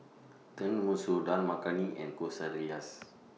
Tenmusu Dal Makhani and Quesadillas